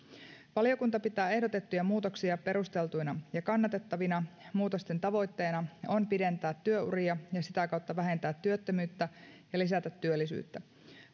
valiokunta pitää ehdotettuja muutoksia perusteltuina ja kannatettavina muutosten tavoitteena on pidentää työuria ja sitä kautta vähentää työttömyyttä ja lisätä työllisyyttä